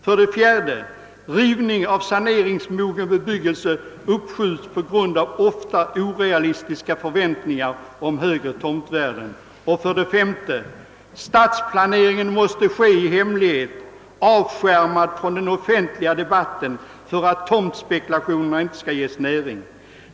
För det fjärde uppskjuts rivning av saneringsmogen bebyggelse på grund av ofta orealistiska förväntningar om ännu högre tomtvärden. För det femte måste stadsplaneringen ske i hemlighet, avskärmad från den offentliga debatten, för att tomtspekulationerna inte skall få näring.